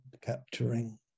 Capturing